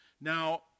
Now